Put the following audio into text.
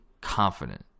confident